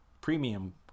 premium